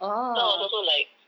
so I was also like